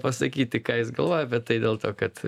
pasakyti ką jis galvoja bet tai dėl to kad